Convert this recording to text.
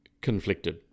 conflicted